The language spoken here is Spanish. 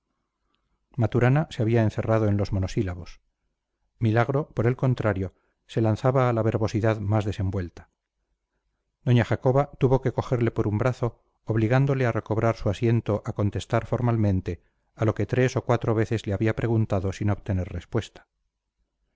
maturana se había encerrado en los monosílabos milagro por el contrario se lanzaba a la verbosidad más desenvuelta doña jacoba tuvo que cogerle por un brazo obligándole a recobrar su asiento a contestar formalmente a lo que tres o cuatro veces le había preguntado sin obtener respuesta